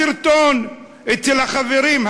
הסרטון אצל החברים,